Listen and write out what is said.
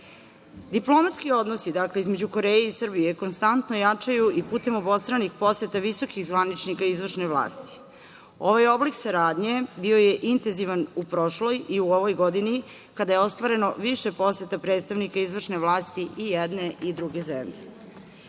vozila. Diplomatski odnosi između Koreje i Srbije konstantno jačaju i putem obostranih poseta visokih zvaničnika visoke vlasti. Ovaj oblik saradnje bio je intenzivan u prošloj i u ovoj godini, kada je ostvareno više poseta predstavnika izvršne vlasti i jedne i druge zemlje. Kada